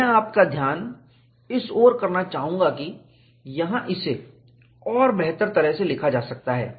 मैं आपका ध्यान कि इस ओर करना चाहूंगा कि यहाँ इसे और बेहतर तरह से लिखा जा सकता है